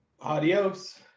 Adios